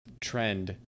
trend